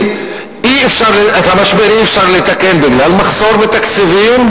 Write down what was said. אי-אפשר לתקן בגלל מחסור בתקציבים,